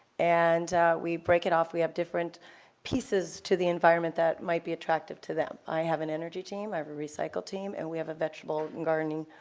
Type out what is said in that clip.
and we break it off, we have different pieces to the environment that might be attractive to them. i have an energy team, i have a recycling team, and we have a vegetable and gardening,